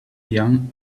young